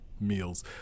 meals